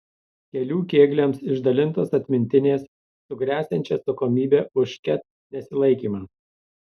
kelių kėgliams išdalintos atmintinės su gresiančia atsakomybe už ket nesilaikymą